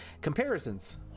comparisons